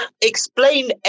Explain